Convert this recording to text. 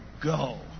go